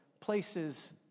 places